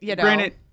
granted